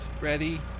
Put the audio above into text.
ready